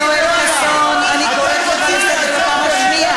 אני שמעתי את הביקורת בשבועות האחרונים,